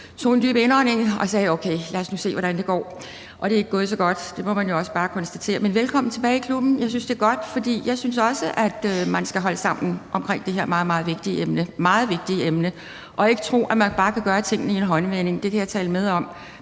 tog en dyb indånding og sagde: Okay, lad os nu se, hvordan det går. Og det er ikke gået så godt. Det må man jo også bare konstatere. Men velkommen tilbage i klubben. Jeg synes, det er godt, for jeg synes også, at man skal holde sammen i forhold til det her meget, meget vigtige emne – meget vigtige emne – og ikke tro, at man bare kan gøre tingene i en håndevending. Det kan jeg tale med om.